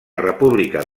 república